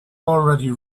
already